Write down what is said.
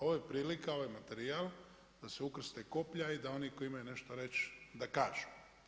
Ovo je prilika, ovaj materijal da se ukrste koplja i da oni koji imaju nešto reći da kažu.